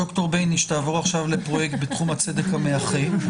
דוקטור ביניש תעבור עכשיו לפרויקט בתחום הצדק המאחה.